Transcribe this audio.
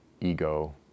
ego